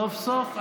סוף-סוף אתה,